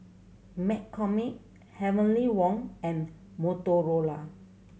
McCormick Heavenly Wang and Motorola